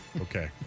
Okay